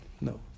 no